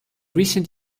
recent